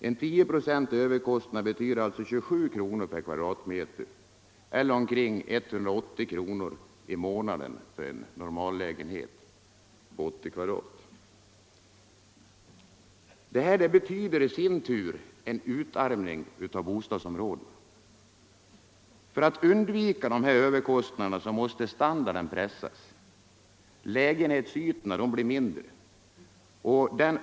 En 10-procentig överkostnad betyder alltså 27 kronor per m' eller omkring 180 kronor i månaden för en normallägenhet på 80 m'. Detta betyder i sin tur en utarmning av bostadsområdena. För att undvika överkostnader måste standarden pressas. Lägenhetsytorna blir mindre.